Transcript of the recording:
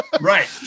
Right